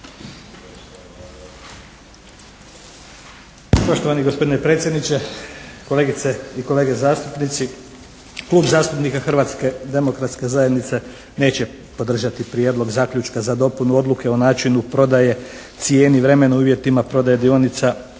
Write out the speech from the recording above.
Poštovani gospodine predsjedniče, kolegice i kolege zastupnici. Klub zastupnika Hrvatske demokratske zajednice neće podržati Prijedlog zaključka za dopunu Odluke o načinu prodaje, cijeni, vremenu i uvjetima prodaje dionica INA-e predlagatelja